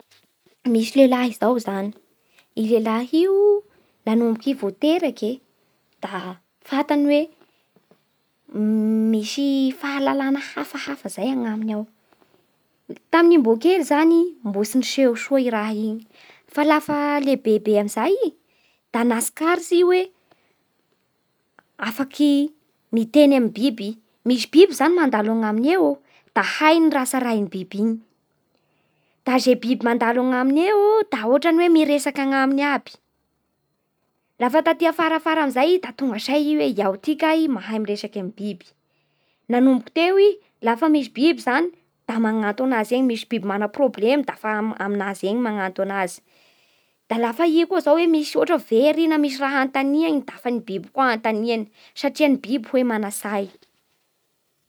Nisy lehilahy zao zany, da io lehilahy io nanomboky i vo teraky da fantany hoe, misy fahalalana hafahafa zay anaminy ao. Tamin'i mbo kely zany mbo tsy niseho soa raha iny fa lafa lehibebe amin'izay i, da nahatsikaritsy i hoe afaky miteny amin'ny biby i. Misy biby zany mandalo anaminy eo da hainy raha tsarin'ny biby iny, da ze biby mandalo anaminy eo da hotrany hoe miresaky aminy aby. Lafa taty afarafara taty amin'izay da tonga say i oe iaho ty kay mahay miresaky amin'ny biby. Nanomboky teo i lafa misy biby zany da manato anazy eny. Misy biby mana prôblemo da fa aminazy eny manatona azy. Da lafa i koany hoe very na misy raha anontaniany da fa ny biby koa no anontaniany satria ny biby hoe mana-tsay